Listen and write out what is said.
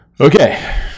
okay